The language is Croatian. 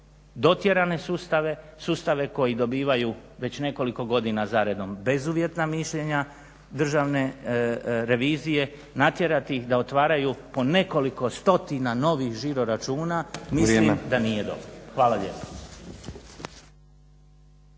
dotjerane sustave, sustave koji dobivaju već nekoliko godina za redom bezuvjetna mišljenja Državne revizije natjerati ih da otvaraju po nekoliko stotina novih žiro-računa mislim da nije dobro. Hvala lijepa.